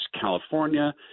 California